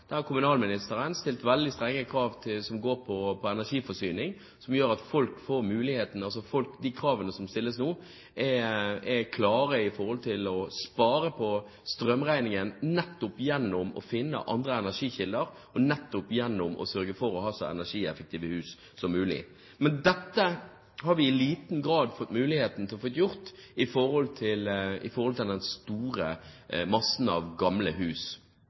Der har kommunalministeren stilt veldig strenge krav til energiforsyning, noe som gjør at man gjennom de kravene som stilles, er klare på å spare strøm gjennom å finne andre energikilder og gjennom å sørge for å ha så energieffektive hus som mulig. Men dette har vi i liten grad fått muligheten til å få gjort med tanke på den store massen av gamle hus.